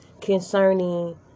concerning